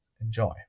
enjoy